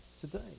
today